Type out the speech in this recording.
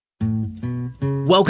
Welcome